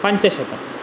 पञ्चशतम्